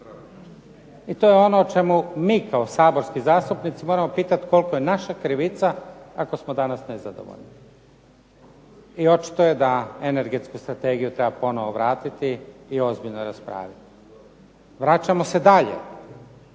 I to je ono o čemu mi kao saborski zastupnici moramo pitati koliko je naša krivica ako smo danas nezadovoljni. I očito je da energetsku strategiju treba ponovo vratiti i ozbiljno raspraviti. Vraćamo se dalje.